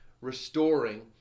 restoring